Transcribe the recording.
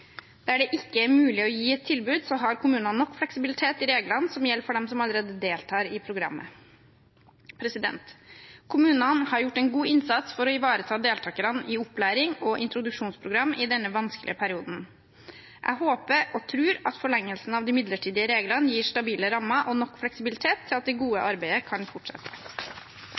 Der det ikke er mulig å gi et tilbud, har kommunene nok fleksibilitet i reglene som gjelder for dem som allerede deltar i programmet. Kommunene har gjort en god innsats for å ivareta deltakerne i opplæring og introduksjonsprogram i denne vanskelige perioden. Jeg håper og tror at forlengelsen av de midlertidige reglene gir stabile rammer og nok fleksibilitet til at det gode arbeidet kan fortsette.